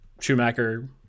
Schumacher